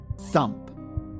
Thump